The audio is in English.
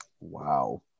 Wow